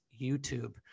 YouTube